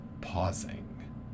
pausing